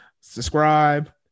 subscribe